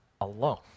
alone